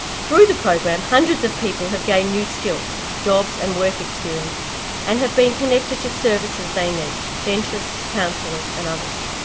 through the program hundreds of people have gained new skills, jobs and work experience and been connected to services they need dentists, counsellors and others.